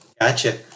Gotcha